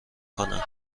کنن